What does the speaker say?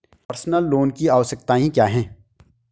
Personal loan की आवश्यकताएं क्या हैं?